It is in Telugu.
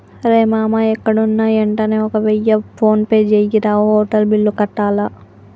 రేయ్ మామా ఎక్కడున్నా యెంటనే ఒక వెయ్య ఫోన్పే జెయ్యిరా, హోటల్ బిల్లు కట్టాల